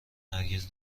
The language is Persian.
هرگز